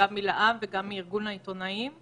אין ההסתייגות לא נתקבלה.